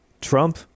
Trump